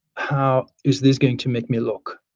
how is this going to make me look?